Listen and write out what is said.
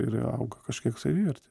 ir auga kažkiek savivertė